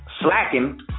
slacking